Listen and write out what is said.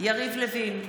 יריב לוין,